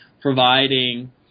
providing